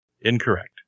Incorrect